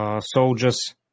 Soldiers